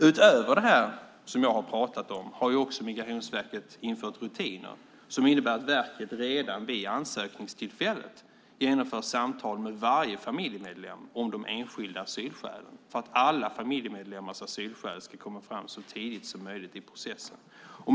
Utöver det som jag talat om har Migrationsverket också infört rutiner som innebär att verket redan vid ansökningstillfället genomför samtal med varje familjemedlem om de enskilda asylskälen för att alla familjemedlemmars asylskäl ska komma fram så tidigt som möjligt i processen.